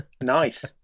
nice